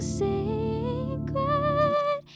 sacred